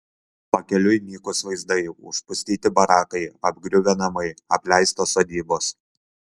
pakeliui nykūs vaizdai užpustyti barakai apgriuvę namai apleistos statybos